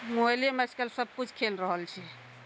मोबाइलेमे आइकाल्हि सबकिछु खेल रहल छै